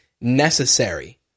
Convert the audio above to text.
necessary